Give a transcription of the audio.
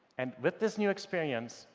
and with this new experience,